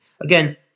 Again